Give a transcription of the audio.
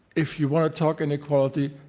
if you want to talk inequality,